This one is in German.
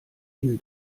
ihnen